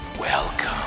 welcome